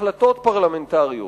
החלטות פרלמנטריות.